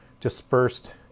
dispersed